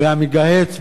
והמגהץ,